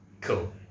Cool